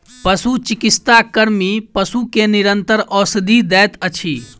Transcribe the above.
पशुचिकित्सा कर्मी पशु के निरंतर औषधि दैत अछि